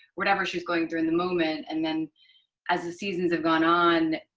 whatever she was going through in the moment. and then as the seasons have gone on,